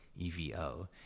evo